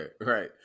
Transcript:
right